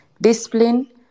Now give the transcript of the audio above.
discipline